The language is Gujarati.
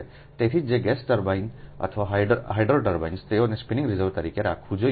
તેથી જ ગેસ ટર્બાઇન અથવા હાઇડ્રો ટર્બાઇન્સ તેઓને સ્પિનિંગ રિઝર્વ તરીકે રાખવું જોઈએ